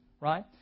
Right